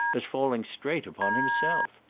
as falling straight upon himself.